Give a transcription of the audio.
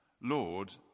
Lord